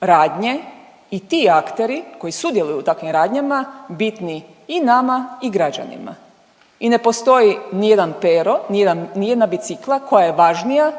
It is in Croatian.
radnje i ti aktere koji sudjeluju u takvim radnjama bitni i nama i građanima. I ne postoji ni jedan Pero, ni jedna bicikla koja je važnija